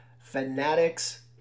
fanatics